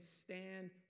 stand